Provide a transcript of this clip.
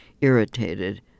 irritated